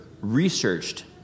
researched